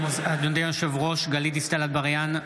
גלית דיסטל אטבריאן,